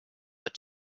but